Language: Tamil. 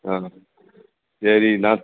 ஆ சரி நான்